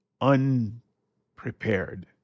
unprepared